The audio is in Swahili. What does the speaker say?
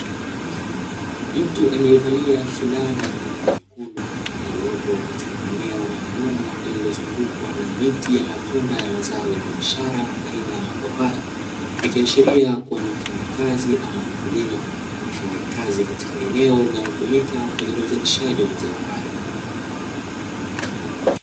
Mtu aliyevalia fulana yenye rangi nyekundu, aliyepo katika eneo maalumu lililozungukwa na miti ya matunda ya mazao ya biashara aina ya mapapai, ikiashiria kuwa ni mfanyakazi ama mkulima afanyaye kazi katika eneo linalotumika kwa ajili ya uzalishaji wa mazao hayo.